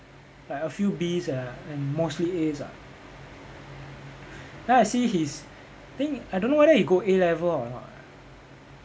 like a few Bs ah and mostly As ah then I see his I think I don't know whether he go A-level or not ah